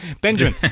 Benjamin